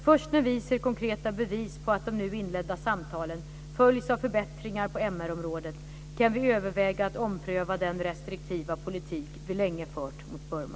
Först när vi ser konkreta bevis på att de nu inledda samtalen följs av förbättringar på MR-området kan vi överväga att ompröva den restriktiva politik vi länge fört mot Burma.